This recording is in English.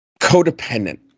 codependent